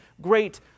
great